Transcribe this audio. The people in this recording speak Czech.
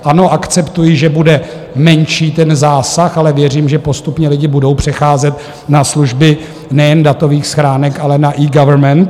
Ano, akceptuji, že bude menší ten zásah, ale věřím, že postupně lidi budou přecházet na služby nejen datových schránek, ale na eGovernment.